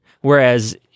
whereas